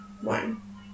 One